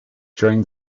during